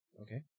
Okay